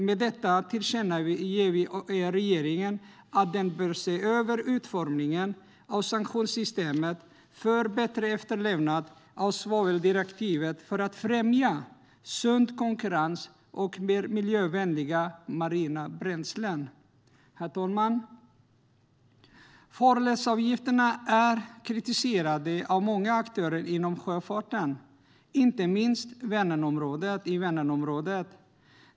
Vi vill tillkännage regeringen att den bör se över utformningen av sanktionssystemet för bättre efterlevnad av svaveldirektivet för att främja sund konkurrens och mer miljövänliga marina bränslen. Herr talman! Farledsavgifterna är kritiserade av många aktörer inom sjöfarten, inte minst i Vänernområdet.